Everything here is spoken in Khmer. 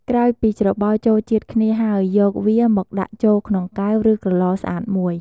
ក្រោយពីច្របល់ចូលជាតិគ្នាហើយ យកវាមកដាក់ចូលក្នុងកែវ ឬក្រទ្បស្អាតមួយ។